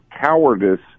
cowardice